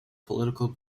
political